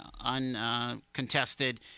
uncontested